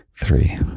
Three